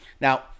Now